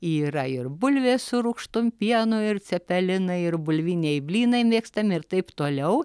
yra ir bulvės su rūgštum pienu ir cepelinai ir bulviniai blynai mėgstami ir taip toliau